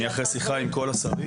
אני אחרי שיחה עם כל השרים.